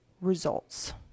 results